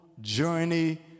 journey